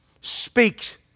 speaks